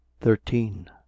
thirteen